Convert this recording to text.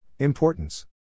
Importance